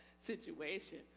situation